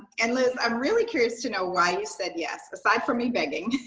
and liz, i'm really curious to know why you said yes. aside from me begging.